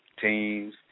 teams